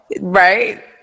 Right